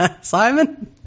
Simon